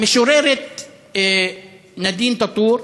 המשוררת דארין טאטור,